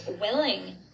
willing